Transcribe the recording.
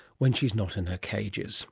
when she's not in her cages